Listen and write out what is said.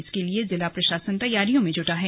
इसके लिए जिला प्रशासन तैयारियों में जुटा है